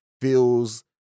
feels